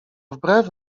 wbrew